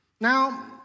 Now